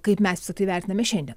kaip mes visą tai vertiname šiandien